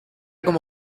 como